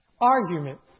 arguments